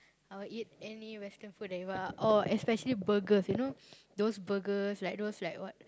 I will eat any western food that oh especially burgers you know those burgers like those like what